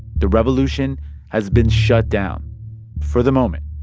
the revolution has been shut down for the moment.